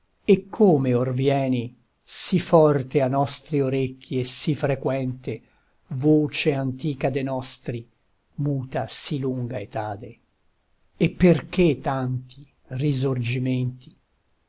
e come or vieni sì forte a nostri orecchi e sì frequente voce antica de nostri muta sì lunga etade e perché tanti risorgimenti